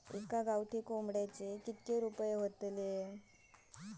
एका गावठी कोंबड्याचे कितके रुपये?